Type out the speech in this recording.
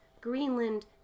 Greenland